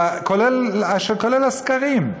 כולל הסקרים.